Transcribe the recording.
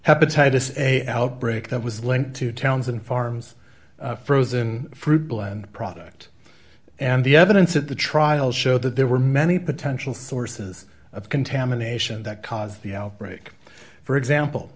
hepatitis a outbreak that was linked to towns and farms frozen fruitland product and the evidence at the trial show that there were many potential sources of contamination that caused the outbreak for example